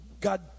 God